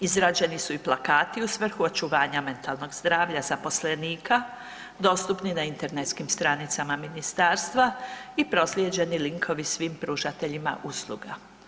Izrađeni su i plakati u svrhu očuvanja mentalnog zdravlja zaposlenika dostupnim na internetskim stranicama ministarstva i proslijeđeni linkovi svim pružateljima usluga.